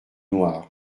noire